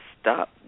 stop